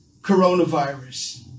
coronavirus